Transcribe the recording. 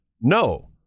no